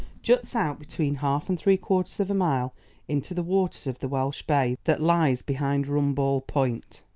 juts out between half and three-quarters of a mile into the waters of the welsh bay that lies behind rumball point.